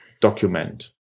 document